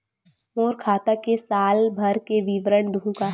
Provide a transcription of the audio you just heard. मोर खाता के साल भर के विवरण देहू का?